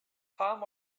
palm